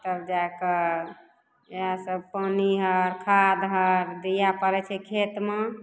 तब जाइके इएह सभ पानि हइ खाद हइ दिअ पड़ै छै खेतमे